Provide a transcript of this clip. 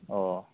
अ